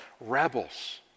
rebels